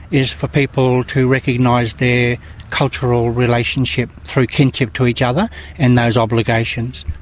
is for people to recognise their cultural relationship through kinship to each other and those obligations.